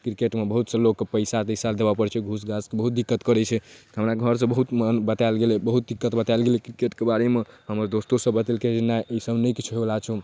किरकेटमे बहुत से लोकके पइसा तइसा देबऽ पड़ै छै घूस घास बहुत दिक्कत करै छै हमरा घरसँ बहुत बताएल गेलै बहुत दिक्कत बताएल गेलै किरकेटके बारेमे हमर दोस्तोसभ बतेलकै नहि ईसब नहि किछु होइवला छौ